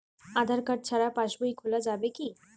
আধার card ছাড়া পাশবই খোলা যাবে কি?